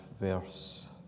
verse